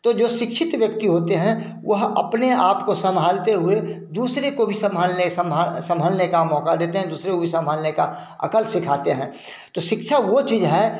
तो जो शिक्षित व्यक्ति होते हैं वह अपने आपको सम्भालते हुए दूसरे को भी सम्भालने सम्भा सम्भलने का मौका देते दूसरे को भी संभलने का अकल सिखाते हैं तो शिक्षा वह चीज़ है